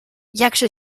jakże